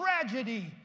tragedy